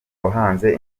wahanze